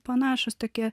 panašūs tokie